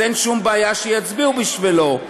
אז אין שום בעיה שיצביעו בשבילו.